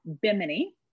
Bimini